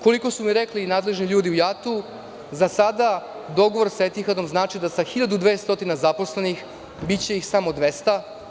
Koliko su mi rekli nadležni ljudi u JAT, za sada, dogovor sa Etihadom znači da sa 1200 zaposlenih, biće ih samo 200.